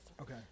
Okay